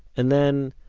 and then,